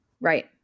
Right